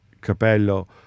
Capello